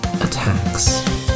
attacks